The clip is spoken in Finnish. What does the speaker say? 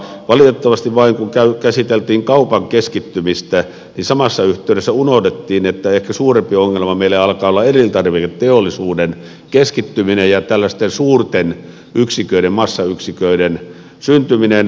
valitettavasti vain kun käsiteltiin kaupan keskittymistä samassa yhteydessä unohdettiin että ehkä suurempi ongelma meille alkaa olla elintarviketeollisuuden keskittyminen ja tällaisten suurten yksiköiden massayksiköiden syntyminen